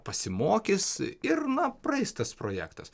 pasimokys ir na praeis tas projektas